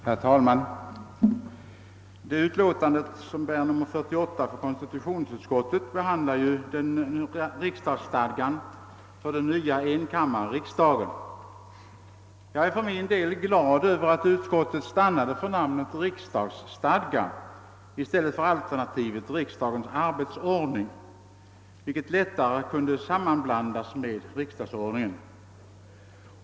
Herr talman! Det utlåtande från konstitutionsutskottet som bär nr 48 behandlar riksdagsstadgan för den nya enkammarriksdagen. Jag är för min del glad över att utskottet stannade för namnet riksdagsstadga i stället för alternativet riksdagens arbetsordning, vilket lätt kunde hopblandas med riksdagsordningen.